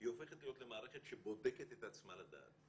היא הופכת למערכת שבודקת את עצמה לדעת.